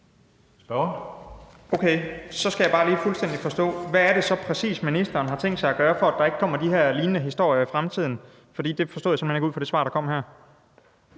Okay. Så skal jeg bare lige forstå det helt: Hvad er det så præcis, ministeren har tænkt sig at gøre, for at der ikke kommer lignende historier i fremtiden? For det forstod jeg simpelt hen ikke ud fra det svar, der kom her.